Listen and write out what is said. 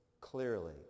clearly